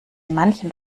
manchen